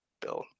Bill